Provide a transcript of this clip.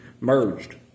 merged